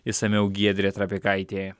išsamiau giedrė trapikaitė